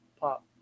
pop